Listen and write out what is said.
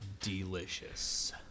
Delicious